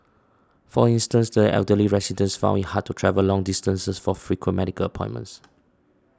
for instance the elderly residents found it hard to travel long distances for frequent medical appointments